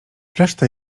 reszta